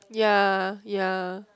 ya ya